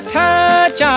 touch